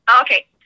Okay